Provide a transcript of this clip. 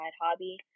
hobby